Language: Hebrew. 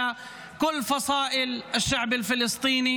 אדוני היושב-ראש,